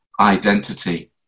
identity